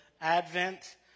Advent